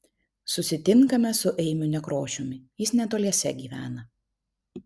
susitinkame su eimiu nekrošiumi jis netoliese gyvena